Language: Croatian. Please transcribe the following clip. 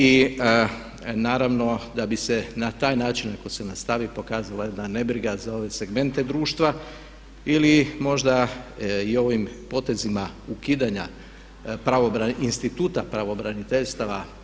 I naravno da bi se na taj način ako se nastavi pokazala jedna nebriga na ove segmente društva ili možda i ovim potezima ukidanja instituta pravobraniteljstava.